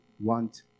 want